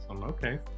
Okay